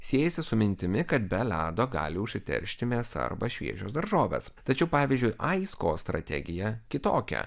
siejasi su mintimi kad be ledo gali užsiteršti mėsa arba šviežios daržovės tačiau pavyzdžiui ais ko strategija kitokia